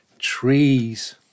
trees